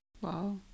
Wow